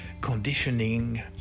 conditioning